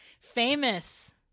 Famous